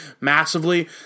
massively